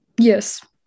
yes